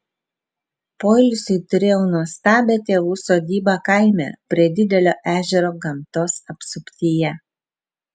poilsiui turėjau nuostabią tėvų sodybą kaime prie didelio ežero gamtos apsuptyje